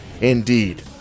indeed